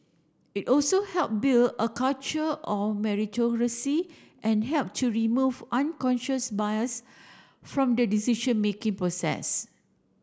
it also help build a culture of meritocracy and help to remove unconscious bias from the decision making process